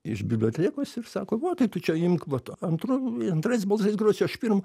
iš bibliotekos ir sako va tai tu čia imk va tu antru antrais balsais grosi aš pirmu